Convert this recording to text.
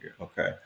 Okay